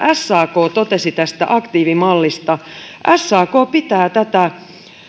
sak totesi tästä aktiivimallista sak pitää tätä